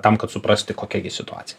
tam kad suprasti kokia gi situacija